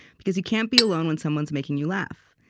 because you can't be alone when someone's making you laugh,